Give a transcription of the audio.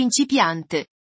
principiante